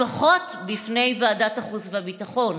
לפחות בפני ועדת החוץ והביטחון?